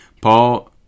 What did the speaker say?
Paul